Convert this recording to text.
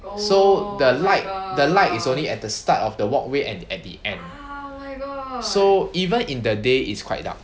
so the light the light is only at the start of the walkway and at the end so even in the day it's quite dark